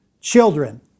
children